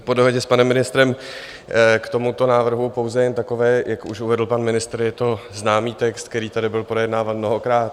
Po dohodě s panem ministrem k tomuto návrhu pouze jen takové, jak už uvedl pan ministr, je to známý text, který tady byl projednáván mnohokrát.